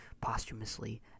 posthumously